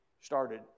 started